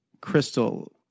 crystal